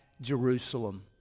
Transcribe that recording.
Jerusalem